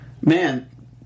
man